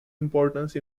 importance